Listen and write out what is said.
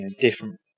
different